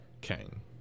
Kang